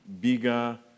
bigger